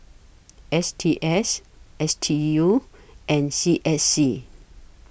S T S S D U and C S C